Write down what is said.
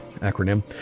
acronym